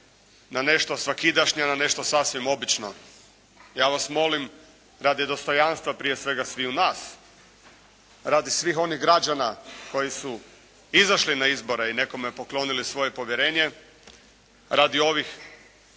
na nešto svakidašnje, na nešto sasvim obično. Ja vas molim radi dostojanstva prije svega sviju nas, radi svih onih građana koji su izašli na izbore i nekome poklonili svoje povjerenje, radi ovih